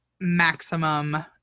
maximum